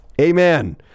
Amen